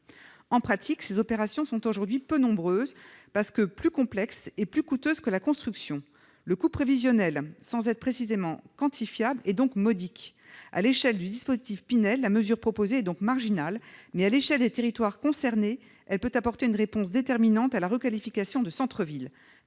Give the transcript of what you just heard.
En pratique, ces opérations sont aujourd'hui peu nombreuses, car plus complexes et plus coûteuses que la construction. Le coût prévisionnel, sans être précisément quantifiable, est donc modique. À l'échelle du dispositif Pinel, la mesure proposée est marginale, mais, à l'échelle des territoires concernés, elle peut apporter une réponse déterminante à la requalification de centres-villes.